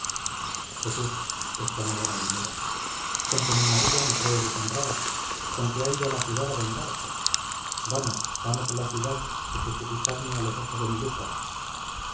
jesús exclamó la molinera conque mi marido me cree deshonrada conque ha ido a la ciudad a vengarse vamos vamos a la ciudad y justificadme a los ojos de mi lucas